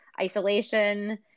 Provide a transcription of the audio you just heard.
isolation